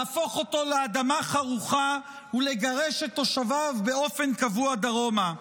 להפוך אותו לאדמה חרוכה ולגרש את תושביו באופן קבוע דרומה?